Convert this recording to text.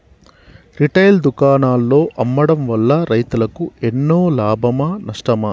Retail దుకాణాల్లో అమ్మడం వల్ల రైతులకు ఎన్నో లాభమా నష్టమా?